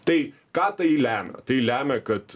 tai ką tai lemia tai lemia kad